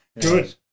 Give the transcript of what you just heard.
Good